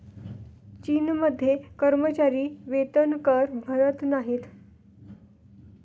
चीनमध्ये कर्मचारी वेतनकर भरत नाहीत